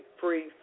free